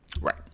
Right